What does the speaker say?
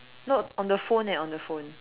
no on the phone eh on the phone